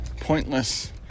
pointless